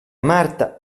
marta